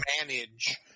manage